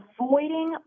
avoiding